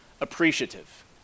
appreciative